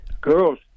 girls